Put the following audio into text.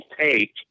take